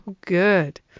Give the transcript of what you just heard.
good